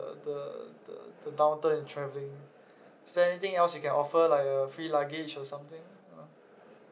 the the the the downturn in travelling is there anything else you can offer like a free luggage or something you know